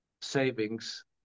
savings